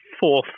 fourth